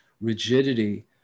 rigidity